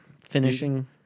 finishing